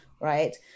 right